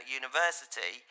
university